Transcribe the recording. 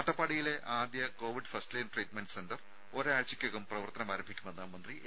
അട്ടപ്പാടിയിലെ ആദ്യ covid first line treatment centre ഒരാഴ്ചക്കകം പ്രവർത്തനമാരംഭിക്കുമെന്ന് മന്ത്രി എ